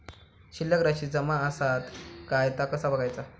शिल्लक राशी जमा आसत काय ता कसा बगायचा?